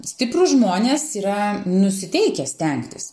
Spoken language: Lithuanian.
stiprūs žmonės yra nusiteikę stengtis